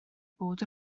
bod